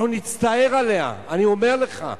אנחנו נצטער עליה, אני אומר לך.